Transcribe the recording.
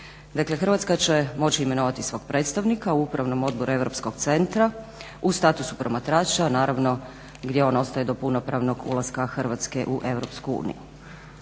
Dakle, Hrvatska će moći imenovati svog predstavnika u Upravnom odboru Europskog centra u statusu promatrača, naravno gdje on ostaje do punopravnog ulaska Hrvatske u EU. U siječnju